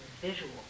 visual